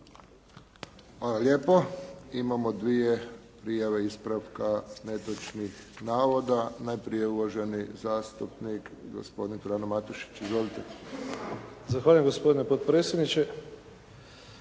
lijepo. Imamo dvije prijave ispravka netočnih navoda. Najprije uvaženi zastupnik gospodin Frano Matušić. Izvolite. **Matušić, Frano